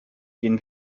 gehen